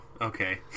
Okay